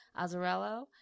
Azzarello